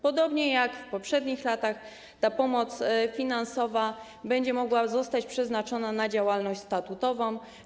Podobnie jak w poprzednich latach ta pomoc finansowa będzie mogła zostać przeznaczona na działalność statutową.